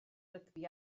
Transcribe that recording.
rygbi